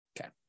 Okay